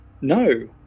No